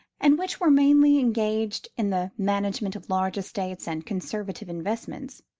and which were mainly engaged in the management of large estates and conservative investments,